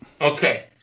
okay